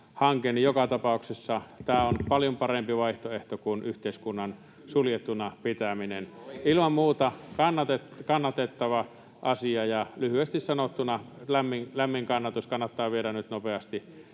joka tapauksessa tämä on paljon parempi vaihtoehto kuin yhteiskunnan suljettuna pitäminen. Ilman muuta kannatettava asia. Lyhyesti sanottuna lämmin kannatus: kannattaa viedä nyt nopeasti